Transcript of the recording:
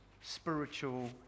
spiritual